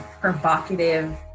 provocative